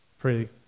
pray